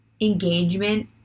engagement